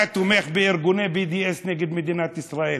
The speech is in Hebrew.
אתה תומך בארגוני BDS נגד מדינת ישראל.